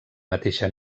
mateixa